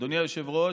אדוני היושב-ראש,